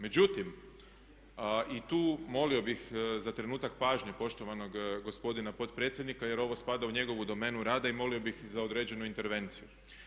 Međutim i tu molio bih za trenutak pažnje poštovanog gospodina potpredsjednika, jer ovo spada u njegovu domenu rada i molio bih za određenu intervenciju.